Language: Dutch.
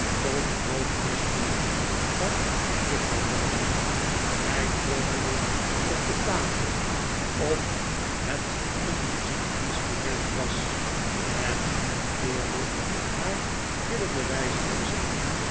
tot groot misnoegen van juffrouw horrocks hij trommelde op de tafel of het een muziekinstrument was en imiteerde haar gillende wijze van zingen